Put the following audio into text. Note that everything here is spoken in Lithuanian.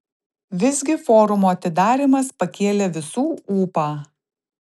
visgi forumo atidarymas pakėlė visų ūpą